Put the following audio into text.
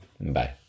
Bye